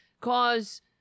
cause